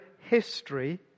history